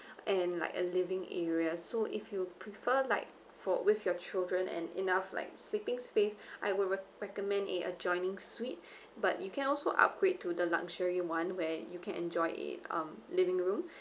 and like a living area so if you prefer like for with your children and enough like sleeping space I would recommend a adjoining suite but you can also upgrade to the luxury [one] where you can enjoy in um living room